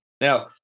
Now